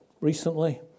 recently